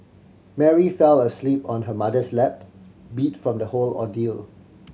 Mary fell asleep on her mother's lap beat from the whole ordeal